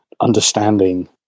understanding